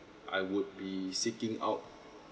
I would be seeking out